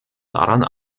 daran